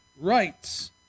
rights